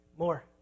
more